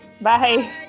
Bye